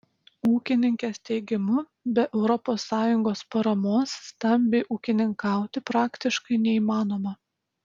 ūkininkės teigimu be europos sąjungos paramos stambiai ūkininkauti praktiškai neįmanoma